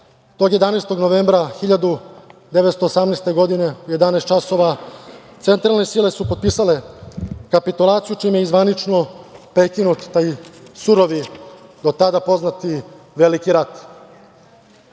11. novembra 1918. godine, u 11.00 časova, centralne sile su potpisale kapitulaciju čime je i zvanično prekinut taj surovi, do tada poznati, Veliki rat.